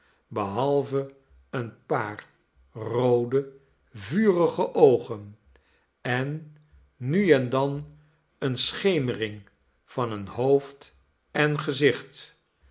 behalve een paar roode vurige oogen en nu en dan eene schemering van een hoofd en gezicht